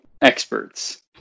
experts